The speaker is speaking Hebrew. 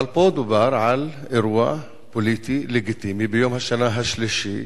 אבל פה דובר על אירוע פוליטי לגיטימי ביום השנה השלישי